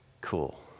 cool